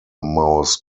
mouse